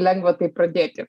lengva tai pradėti